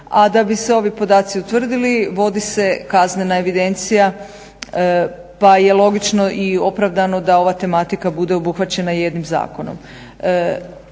a da bi se ovi podaci utvrdili vodi se kaznena evidencija pa je logično i opravdano da ova tematika bude obuhvaćena jednim zakonom.